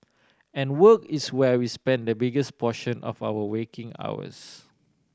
and work is where we spend the biggest portion of our waking hours